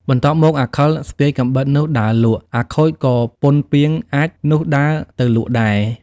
បន្ទាប់មកអាខិលស្ពាយកាំបិតនោះដើរលក់ អាខូចក៏ពុនពាងអាចម៏ នោះដើរទៅលក់ដែរ។